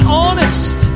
honest